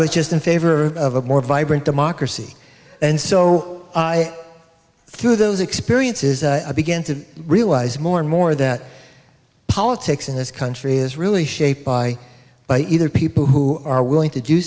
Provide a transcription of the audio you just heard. was just in favor of a more vibrant democracy and so through those experiences i began to realize more and more that politics in this country is really shaped by by either people who are willing to do